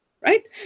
right